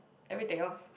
everything else